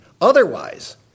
Otherwise